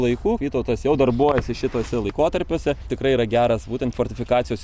laikų vytautas jau darbuojasi šituose laikotarpiuose tikrai yra geras būtent fortifikacijos